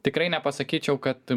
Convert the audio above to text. tikrai nepasakyčiau kad